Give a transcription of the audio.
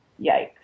Yikes